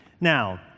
Now